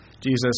Jesus